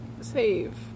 Save